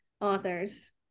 authors